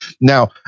Now